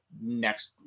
next